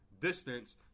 distance